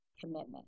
commitment